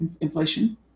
inflation